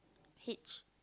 hitch